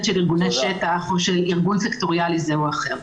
של ארגוני שטח או של ארגון סקטוריאלי זה או אחר.